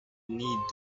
need